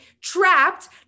trapped